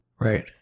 Right